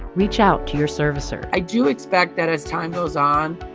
reach out to your servicer i do expect that, as time goes on,